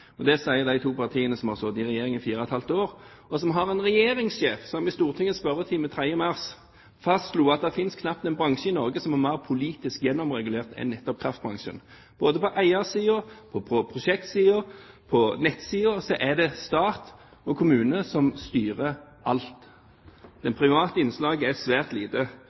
sviktet. Det sier de to partiene som har sittet i regjering i fire og et halvt år, og som har en regjeringssjef som i Stortingets spørretime 3. mars fastslo at det knapt finnes en bransje i Norge som er mer politisk gjennomregulert enn nettopp kraftbransjen. Både på eiersiden, på prosjektsiden og på nettsiden er det stat og kommuner som styrer alt. Det private innslaget er svært lite.